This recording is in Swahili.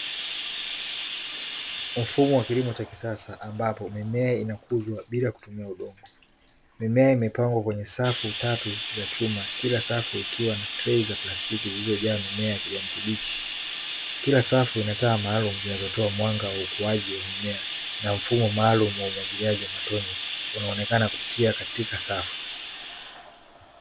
Mfumo wa kilimo cha kisasa ambapo mimea inakuzwa bila kutumia udongo, mimea imepangwa kwa safu tatu za chuma kila safu ikiwa na trei za plastiki zilizojaa mimea ya kijani kibichi, kila safu ina taa maalumu zinazotoa mwanga wa ukuaji wa mimea na mfumo malumu wa umwagiliaji wa matone unaoonekana katika kupitia safu.